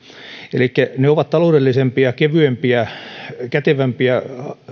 elikkä ne ovat taloudellisempia kevyempiä kätevämpiä